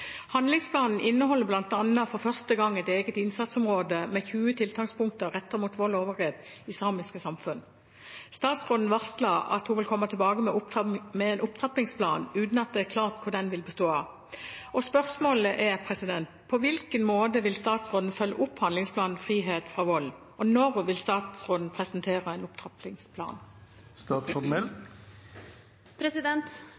Handlingsplanen inneholder blant annet for første gang et eget innsatsområde med 20 tiltakspunkter rettet mot vold og overgrep i samiske samfunn. Statsråden har varslet at hun vil komme med en opptrappingsplan, uten at det er klart hva denne vil bestå av. På hvilken måte vil statsråden følge opp handlingsplanen «Frihet fra vold», og når vil statsråden presentere en opptrappingsplan?»